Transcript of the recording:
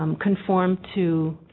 um conform to